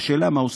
והשאלה מה עושים.